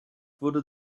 wurde